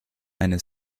eine